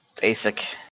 Basic